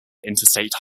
interstate